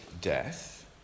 death